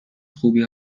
خوبی